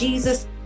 Jesus